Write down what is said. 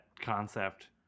concept